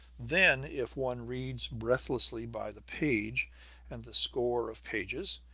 then if one reads breathlessly by the page and the score of pages,